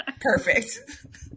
Perfect